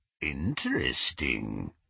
Interesting